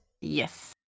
Yes